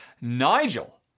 Nigel